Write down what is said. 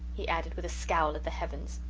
he added, with a scowl at the heavens.